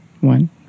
One